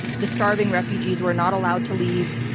the starving refugees were not allowed to leave.